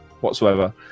whatsoever